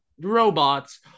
robots